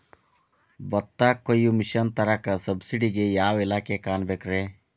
ಭತ್ತ ಕೊಯ್ಯ ಮಿಷನ್ ತರಾಕ ಸಬ್ಸಿಡಿಗೆ ಯಾವ ಇಲಾಖೆ ಕಾಣಬೇಕ್ರೇ?